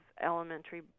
elementary